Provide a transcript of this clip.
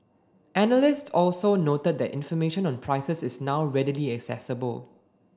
analysts also noted that information on prices is now readily accessible